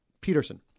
Peterson